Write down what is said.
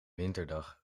winterdag